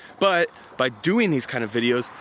but by doing these kind of videos,